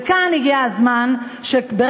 וכאן הגיע הזמן לחשוב,